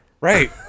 Right